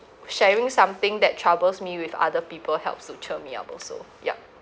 sharing something that troubles me with other people helps to cheer me up also yup